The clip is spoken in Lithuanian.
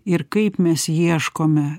ir kaip mes ieškome